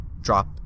drop